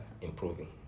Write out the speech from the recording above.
improving